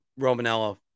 Romanello